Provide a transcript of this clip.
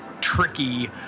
tricky